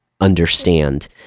understand